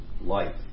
life